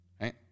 Right